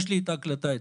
יש לי ההקלטה אצלי: